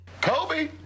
Kobe